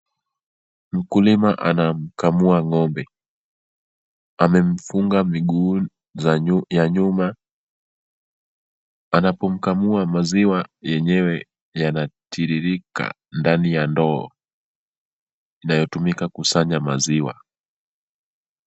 Mkulima anamkamua ng'ombe. Amemfunga miguu ya nyuma. Anapomkamua maziwa yenyewe yanatiririka ndani ya ndoo inayotumika kusanya maziwa.